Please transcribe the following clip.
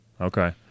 Okay